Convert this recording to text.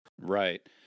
Right